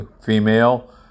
female